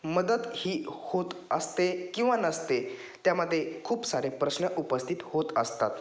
मदत ही होत असते किंवा नसते त्यामध्ये खूप सारे प्रश्न उपस्थित होत असतात